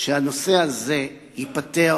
שהנושא הזה ייפתר